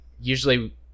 usually